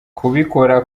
kubikora